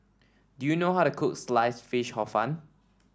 do you know how to cook Sliced Fish Hor Fun